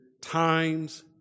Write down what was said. times